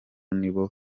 nibo